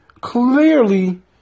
Clearly